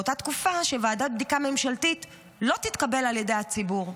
שוועדת בדיקה ממשלתית לא תתקבל על ידי הציבור.